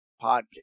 pod